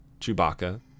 Chewbacca